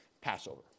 Passover